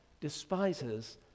despises